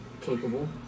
capable